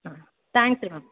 ಹಾಂ ತ್ಯಾಂಕ್ಸ್ ರೀ ಮ್ಯಾಮ್